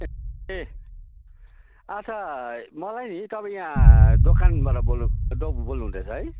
ए अच्छा मलाई नि तपाईँ यहाँ दोकानबाट बोल्नु त बोल्नुहुँदैछ है